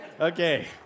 Okay